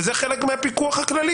וזה חלק מהפיקוח הכללי,